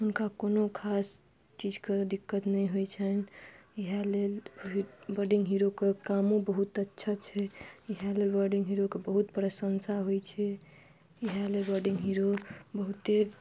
हुनका कोनो खास चीजके दिक्कत नहि होइ छनि इहए लेल बर्डिंग हीरोके कामो बहुत अच्छा छै इहए लेल बर्डिंग हीरोके बहुत प्रशंसा होइ छै इहए लेल बर्डिंग हीरो बहुते